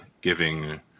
giving